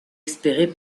espérer